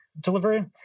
delivery